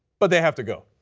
but they have to go.